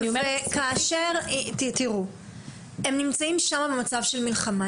הם נמצאים שם במצב של מלחמה,